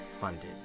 funded